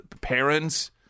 parents